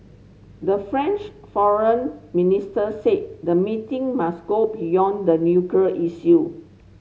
the French foreign minister said the meeting must go beyond the issue